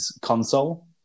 console